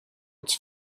its